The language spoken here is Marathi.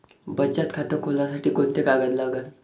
बचत खात खोलासाठी कोंते कागद लागन?